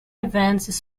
events